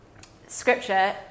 scripture